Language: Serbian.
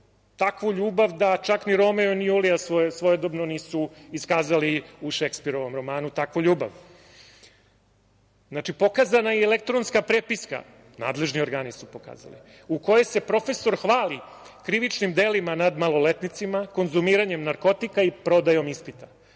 Takvu ljubav da čak ni Romeo ni Julija svojedobno nisu iskazali u Šekspirovom romanu. Znači, pokazana je i elektronska prepiska. Nadležni organi su pokazali, u kojoj se profesor hvali krivičnim delima nad maloletnicima, konzumiranjem narkotika i prodajom ispita. Taj